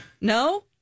no